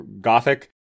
Gothic